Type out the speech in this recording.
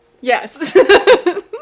Yes